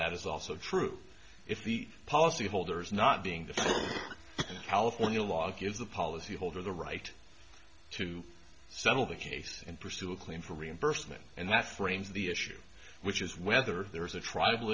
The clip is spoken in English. that is also true if the policyholders not being the california law gives the policyholder the right to settle the case and pursue a claim for reimbursement and that frames the issue which is whether there is a tribal